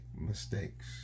mistakes